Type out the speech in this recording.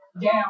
Down